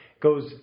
goes